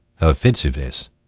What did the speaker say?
offensiveness